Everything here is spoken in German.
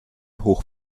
hoch